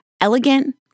elegant